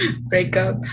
Breakup